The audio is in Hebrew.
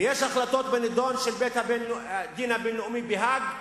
ויש החלטות בנדון של בית-הדין הבין-לאומי בהאג,